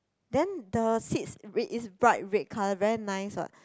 then the seeds red is bright red colour very nice what